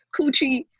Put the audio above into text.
coochie